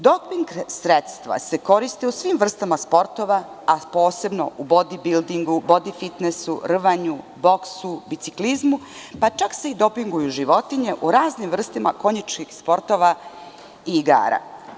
Doping sredstva se koriste u svim vrstama sportova, a posebno u bodibildingu, bodifitnesu, rvanju, boksu, biciklizmu, pa čak se dopinguju životinje u raznim vrstama konjičkih sportova i igara.